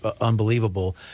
unbelievable